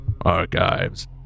archives